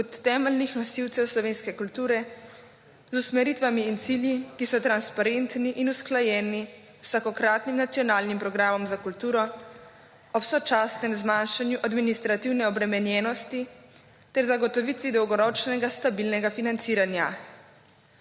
kot temeljnih nosilcev slovenske kulture z usmeritvami in cilji, ki so transparentni in usklajeni z vsakokratnih nacionalnim programom za kulturo ob sočasnem zmanjšanju administrativne obremenjenosti ter zagotovitvi dolgoročnega stabilnega financiranja.